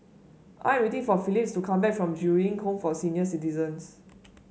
I am waiting for Phillis to come back from Ju Eng Home for Senior Citizens